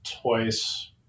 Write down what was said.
twice